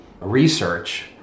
research